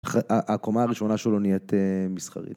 הקומה הראשונה שלו נהיית מסחרית